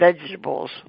vegetables